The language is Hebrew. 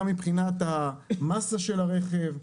גם מבחינת המסה של הרכב,